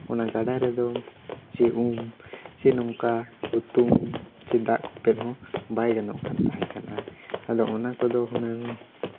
ᱚᱱᱟ ᱜᱟᱰᱟ ᱨᱮᱫᱚ ᱪᱮ ᱩᱢ ᱪᱮ ᱱᱚᱝᱠᱟ ᱦᱩᱛᱩᱢ ᱪᱮ ᱫᱟᱜ ᱠᱚᱯᱮᱫ ᱦᱚᱸ ᱵᱟᱭ ᱜᱟᱱᱚᱜ ᱠᱟᱱ ᱛᱟᱦᱮᱸ ᱠᱟᱱᱟ ᱟᱫᱚ ᱚᱱᱟ ᱠᱚᱫᱚ ᱦᱩᱱᱟᱹᱝ